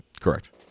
correct